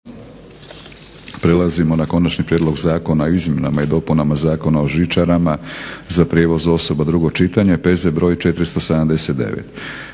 Prelazimo na 37. Konačni prijedlog zakona o izmjenama i dopunama Zakona o žičarama za prijevoz osoba, drugo čitanje, PZ br. 479